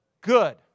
good